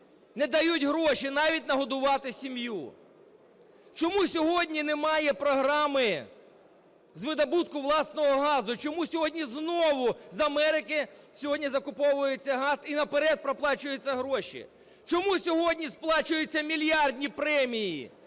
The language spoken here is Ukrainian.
не дають гроші навіть нагодувати сім'ю? Чому сьогодні немає програми з видобутку власного газу? Чому сьогодні знову з Америки сьогодні закуповується газ і наперед проплачуються гроші? Чому сьогодні сплачуються мільярдні премії